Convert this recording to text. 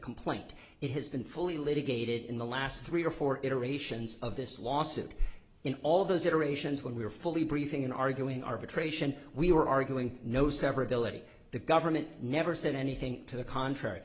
complaint it has been fully litigated in the last three or four iterations of this lawsuit in all those iterations when we were fully briefing in arguing arbitration we were arguing no severability the government never said anything to the contrary